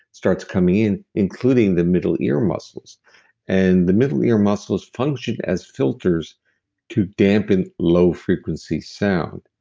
starts coming in including the middle ear muscles and the middle ear muscles function as filters to dampen low frequency sound.